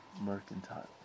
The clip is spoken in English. Mercantile